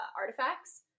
artifacts